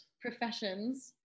professions